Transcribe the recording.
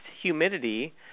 humidity